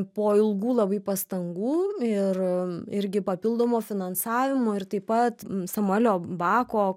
po ilgų labai pastangų ir irgi papildomo finansavimo ir taip pat samuelio bako